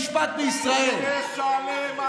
אני מבקש לאפשר למר לפיד להשלים את דבריו.